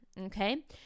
Okay